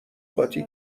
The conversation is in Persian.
قاطی